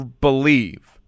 believe